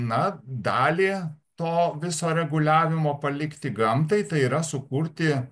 na dalį to viso reguliavimo palikti gamtai tai yra sukurti